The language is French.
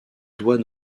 doit